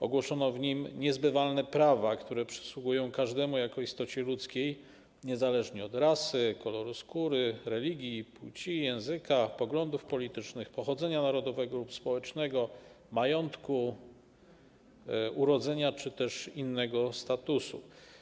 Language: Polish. Ogłoszono w nim niezbywalne prawa, które przysługują każdemu jako istocie ludzkiej, niezależnie od rasy, koloru skóry, religii, płci, języka, poglądów politycznych, pochodzenia narodowego lub społecznego, majątku, urodzenia czy też innego statusu.